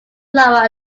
lower